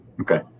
Okay